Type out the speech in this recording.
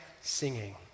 singing